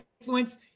influence